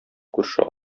күрше